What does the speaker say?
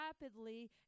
rapidly